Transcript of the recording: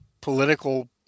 political